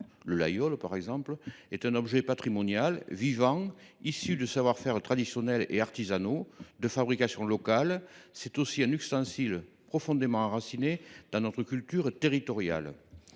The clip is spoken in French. le Laguiole par exemple, est un objet patrimonial vivant, issu de savoir faire traditionnels et artisanaux, de fabrication locale. C’est aussi un ustensile profondément enraciné dans notre culture territoriale.